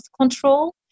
control